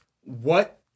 what-